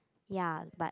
ya but